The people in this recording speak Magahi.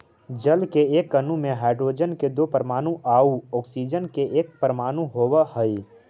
जल के एक अणु में हाइड्रोजन के दो परमाणु आउ ऑक्सीजन के एक परमाणु होवऽ हई